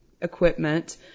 equipment